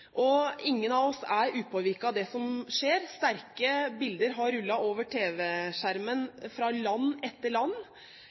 og ingen av oss er upåvirket av det som skjer. Sterke bilder har rullet over